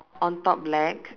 on top black